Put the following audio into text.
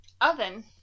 Oven